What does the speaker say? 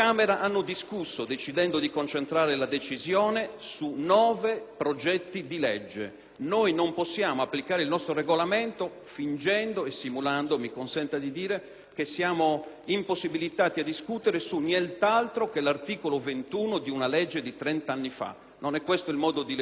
Noi non possiamo applicare il nostro Regolamento fingendo e - mi consenta di dire - simulando che siamo impossibilitati a discutere su nient'altro che l'articolo 21 di una legge di trent'anni fa. Non è questo il modo di legiferare, assumendoci pienamente le nostre responsabilità.